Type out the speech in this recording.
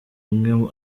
umwe